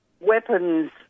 weapons